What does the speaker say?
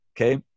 okay